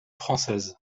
française